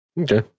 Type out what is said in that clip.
okay